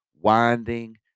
winding